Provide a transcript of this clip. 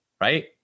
right